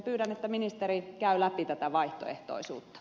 pyydän että ministeri käy läpi tätä vaihtoehtoisuutta